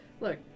Look